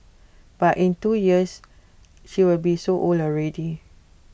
but in two years she will be so old already